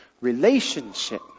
Relationship